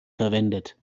verwendet